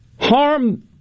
harm